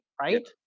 Right